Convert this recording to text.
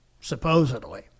supposedly